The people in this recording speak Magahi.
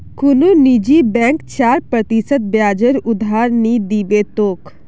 कुनु निजी बैंक चार प्रतिशत ब्याजेर उधार नि दीबे तोक